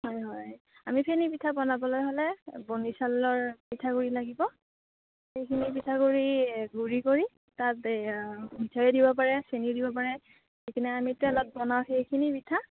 হয় হয় আমি চেনি পিঠা বনাবলে হ'লে বনি চাউলৰ পিঠাগুড়ি লাগিব সেইখিনি পিঠাগুড়ি গুড়ি কৰি তাতে এই মিঠৈয়ো দিব পাৰে চেনিও দিব পাৰে আমি তেলত বনাওঁ সেইখিনি পিঠা